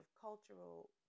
cultural